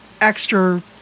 extra